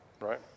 right